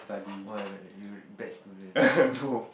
!wah! you bad student